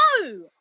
No